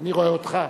אני רואה אותך.